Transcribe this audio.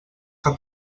que